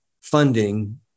funding